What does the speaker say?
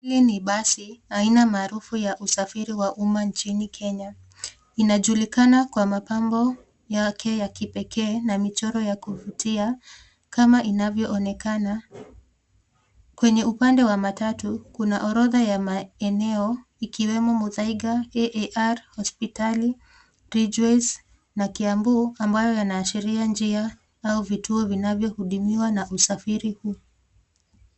Hili ni basi aina maarufu ya usafiri wa umma nchini Kenya. Inajulikana kwa mapambo yake ya kipekee na michoro ya kuvutia kama inavyoonekana. Kwenye upande wa matatu, kuna orodha ya maeneo ikiwemo Muthaiga, AAR Hospitali, Ridgeways na kiambu ambayo yanaashiria njia au vituo vinavyohudumiwa na usafiri huu.